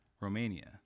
Romania